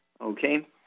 okay